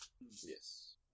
Yes